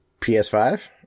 ps5